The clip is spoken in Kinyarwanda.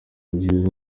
byiza